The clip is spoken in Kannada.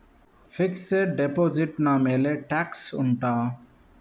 ಫಿಕ್ಸೆಡ್ ಡೆಪೋಸಿಟ್ ನ ಮೇಲೆ ಟ್ಯಾಕ್ಸ್ ಉಂಟಾ